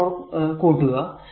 44 കൂട്ടുക